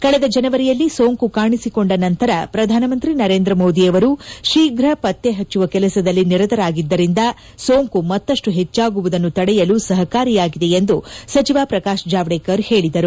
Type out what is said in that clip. ಕಳೆದ ಜನವರಿಯಲ್ಲಿ ಸೋಂಕು ಕಾಣಿಸಿಕೊಂಡ ನಂತರ ಪ್ರಧಾನಮಂತ್ರಿ ನರೇಂದ್ರ ಮೋದಿ ಅವರು ಶೀಘ್ರ ಪತ್ತೆಹಚ್ಚುವ ಕೆಲಸದಲ್ಲಿ ನಿರತರಾಗಿದ್ದರಿಂದ ಸೋಂಕು ಮತ್ತಷ್ಟು ಹೆಚ್ಚಾಗುವುದನ್ನು ತಡೆಯಲು ಸಹಕಾರಿಯಾಗಿದೆ ಎಂದು ಸಚಿವ ಪ್ರಕಾಶ್ ಜಾವಡೇಕರ್ ಹೇಳಿದರು